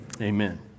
amen